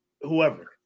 Whoever